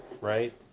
right